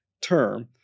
term